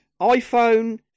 iPhone